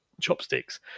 chopsticks